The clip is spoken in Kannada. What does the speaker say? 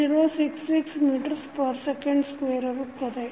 8066 ಮೀಸೆ ಸ್ವೇರ್ ಇರುತ್ತದೆ